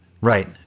Right